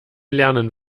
lernen